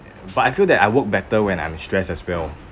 but I feel that I work better when I'm stressed as well